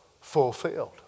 fulfilled